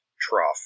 trough